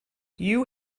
you